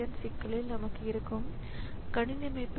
B வழியாக இணைக்கப்படாத பல டிஸ்க்குகள் உள்ளன